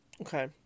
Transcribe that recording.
Okay